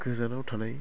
गोजानाव थानाय